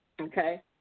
Okay